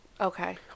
okay